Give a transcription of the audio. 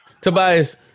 Tobias